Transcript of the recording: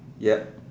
yup